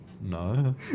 No